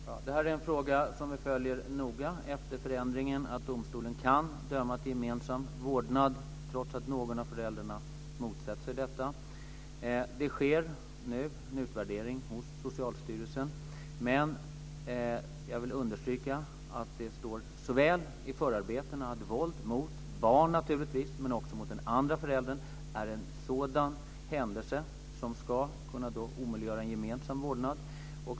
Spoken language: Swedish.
Fru talman! Det här är en fråga som vi följer noga efter det att den förändringen infördes att domstolen kan döma till gemensam vårdnad trots att någon av föräldrarna motsätter sig detta. Det sker nu en utvärdering hos Socialstyrelsen. Jag vill understryka att det står i förarbetena att våld mot barn och mot den andra föräldern är sådana händelser som ska kunna omöjliggöra en gemensam vårdnad.